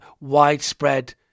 widespread